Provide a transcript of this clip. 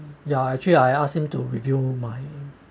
ya actually I asked him to review my